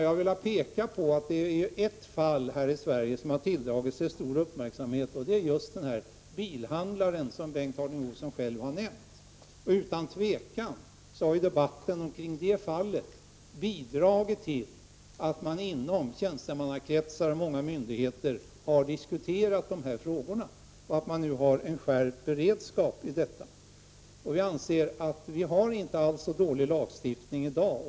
Jag vill påpeka att det finns ett fall som har tilldragit sig stor uppmärksamhet, och det är fallet med bilhandlaren, som Bengt Harding Olson själv har nämnt. Debatten kring det fallet har utan tvivel bidragit till att man inom tjänstemannakretsar och hos många myndigheter har diskuterat dessa frågor. Man har nu en skärpt beredskap för sådant. Jag anser att vi i dag inte alls har en så dålig lagstiftning.